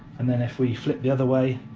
and then if we flip the other way,